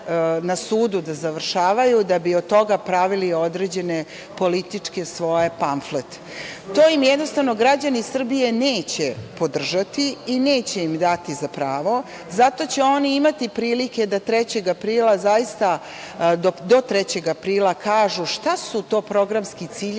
na sudu da završavaju, da bi od toga pravili određene svoje političke pamflete. To im jednostavno građani Srbije neće podržati i neće im dati za pravo, zato će oni imati prilike da do 3. aprila zaista kažu šta su to programski ciljevi